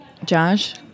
Josh